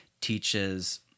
teaches